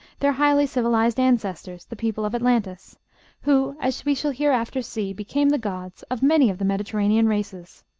their highly civilized ancestors the people of atlantis who, as we shall hereafter see, became the gods of many of the mediterranean races.